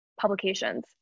publications